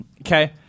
okay